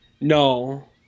No